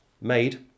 made